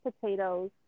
potatoes